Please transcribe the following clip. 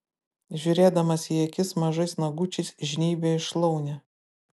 žiūrėdamas į akis mažais nagučiais žnybia į šlaunį